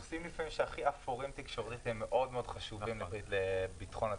הנושאים הכי אפורים בתקשורת הם הכי חשובים לביטחון הציבור.